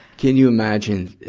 can you imagine,